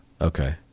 Okay